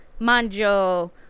manjo